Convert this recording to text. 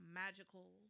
magical